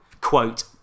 quote